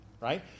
Right